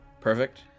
Perfect